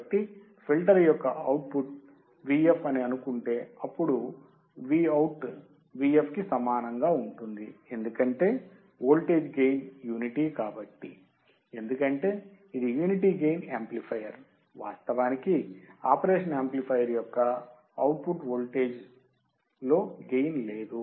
కాబట్టి ఫిల్టర్ యొక్క output vf అని అనుకుంటే అప్పుడు Vout vf కి సమానంగా ఉంటుంది ఎందుకంటే వోల్టేజ్ గెయిన్ యూనిటీ కాబట్టి ఎందుకంటే ఇది యూనిటీ గెయిన్ యాంప్లిఫయర్ వాస్తవానికి ఆపరేషన్ యాంప్లిఫయర్ యొక్క అవుట్పుట్ వోల్టేజ్ లో గెయిన్ లేదు